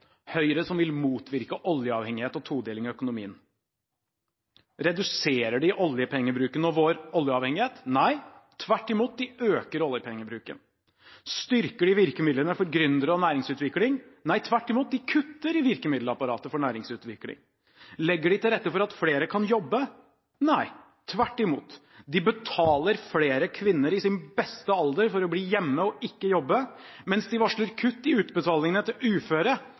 Høyre, som vil motvirke oljeavhengighet og en todeling av økonomien? Reduserer de oljepengebruken og vår oljeavhengighet? Nei, tvert imot: De øker oljepengebruken. Styrker de virkemidlene for gründere og næringsutvikling? Nei, tvert imot: De kutter i virkemiddelapparatet for næringsutvikling. Legger de til rette for at flere kan jobbe? Nei, tvert imot: De betaler flere kvinner i sin beste alder for å bli hjemme og ikke jobbe, mens de varsler kutt i utbetalingene til uføre,